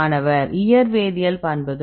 மாணவர் இயற்வேதியியல் பண்புகள்